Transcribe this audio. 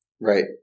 Right